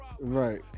right